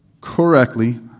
correctly